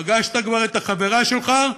פגשת כבר את החברה שלך?